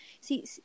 See